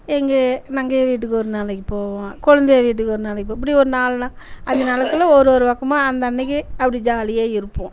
எங்கள் நங்கையாள் வீட்டுக்கு ஒரு நாளைக்கு போவோம் கொளுந்தியாள் வீட்டுக்கு ஒரு நாளைக்கு இப்படி ஒரு நாலு நாள் அஞ்சு நாளைக்குள்ளே ஒரு ஒரு பக்கமாக அந்த அன்றைக்கு அப்படி ஜாலியாக இருப்போம்